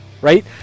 right